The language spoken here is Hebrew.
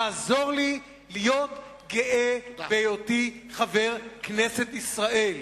תעזור לי להיות גאה בהיותי חבר כנסת ישראל.